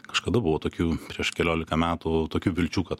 kažkada buvo tokių prieš keliolika metų tokių vilčių kad